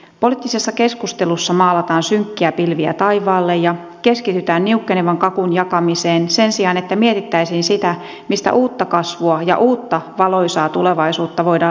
poliittisessa keskustelussa maalataan synkkiä pilviä taivaalle ja keskitytään niukkenevan kakun jakamiseen sen sijaan että mietittäisiin sitä mistä uutta kasvua ja uutta valoisaa tulevaisuutta voidaan löytää